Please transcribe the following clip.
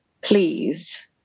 please